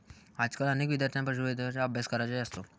आजकाल अनेक विद्यार्थ्यांना पशुवैद्यकशास्त्राचा अभ्यास करायचा असतो